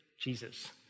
Jesus